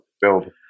build